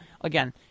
again